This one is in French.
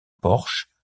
porche